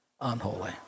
Unholy